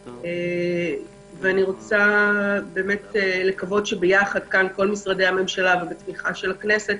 אני מקווה שיחד כל משרדי הממשלה בתמיכת הכנסת,